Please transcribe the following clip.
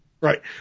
Right